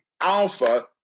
Alpha